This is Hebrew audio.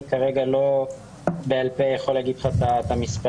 אני כרגע לא בעל פה יכול להגיד לך את המספרים.